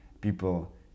people